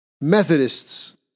Methodists